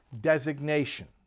Designation